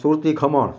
Surti khaman